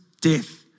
death